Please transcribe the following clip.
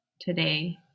today